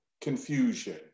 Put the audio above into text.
confusion